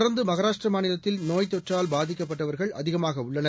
தொடர்ந்து மஹாராஷ்ட்ர மாநிலத்தில் நோய்த் தொற்றால் பாதிக்கப்பட்டவர்கள் அதிகமாக உள்ளனர்